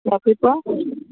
ৰাতিপুৱা